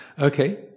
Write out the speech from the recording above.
Okay